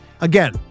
Again